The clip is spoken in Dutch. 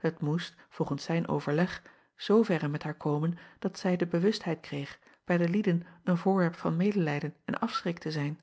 et moest volgens zijn overleg zooverre met haar komen dat zij de bewustheid kreeg bij de lieden een voorwerp van medelijden en afschrik te zijn